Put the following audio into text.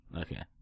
Okay